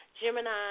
Gemini